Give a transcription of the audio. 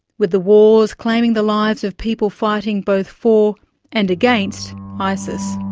with the wars claiming the lives of people fighting both for and against isis.